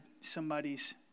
somebody's